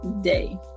day